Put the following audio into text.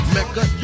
Mecca